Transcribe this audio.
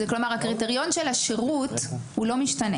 הקריטריון של השירות לא משתנה.